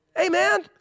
Amen